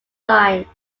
line